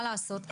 מה לעשות?